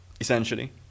essentially